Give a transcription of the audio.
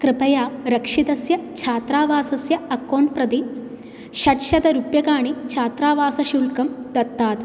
कृपया रक्षितस्य छात्रावासस्य अकौण्ट्प्रति षट्शतरूप्यकाणि छात्रावासशुल्कं दत्तात्